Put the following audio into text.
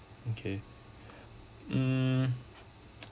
okay hmm